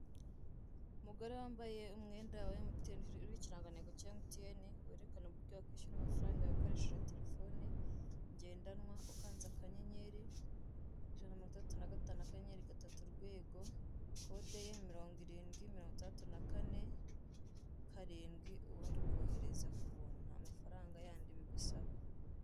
Umugore wambaye umwenda wa MTN uriho ikirangantego cya MTN werekana uburyo wakwishyura amafaranga yawe ukoresheje terefone ngendanwa ukanze akanyenyeri ijana na mirongo itandatu nagatanu akanyenyeri gatatu urwego kode murongo irindwi mirongo itandatu nakane karindwi ubundi ukohereza ku buntu nta mafaranga yandi bigusaba